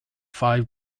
five